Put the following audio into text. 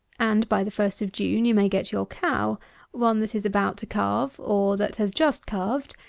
and by the first of june you may get your cow one that is about to calve, or that has just calved,